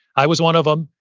i was one of them,